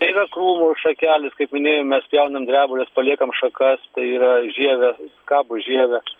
yra krūmų šakelės kaip minėjau mes pjaunam drebules paliekam šakas tai yra žievę skabo žievę